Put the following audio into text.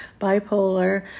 bipolar